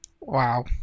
Wow